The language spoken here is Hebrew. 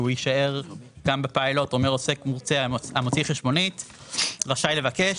יישאר גם בפיילוט אומר עוסק המוציא חשבונית רשאי לבקש